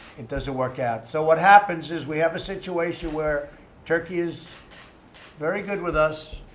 it doesn't work out. so what happens is we have a situation where turkey is very good with us.